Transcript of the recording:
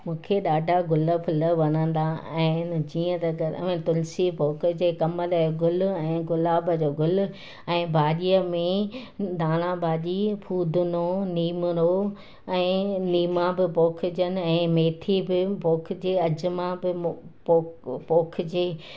मूंखे ॾाढा गुल फुल वणंदा आहिनि जीअं त घर में तुलिसी पोखिजे कमल ऐं गुल ऐं गुलाब जो गुल ऐं भाॼीअ में धाणा भाॼी फूदिनो नीमिरो ऐं लीमां बि पोखिजनि ऐं मेथी बि पोखिजे अजिमा बि पोइ पोइ पोखिजे